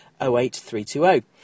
08320